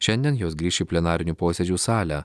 šiandien jos grįš į plenarinių posėdžių salę